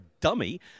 dummy